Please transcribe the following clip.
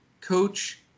coach